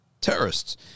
terrorists